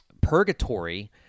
purgatory